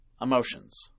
emotions